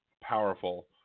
powerful